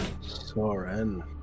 Soren